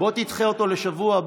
למה כולם, ליושב-ראש?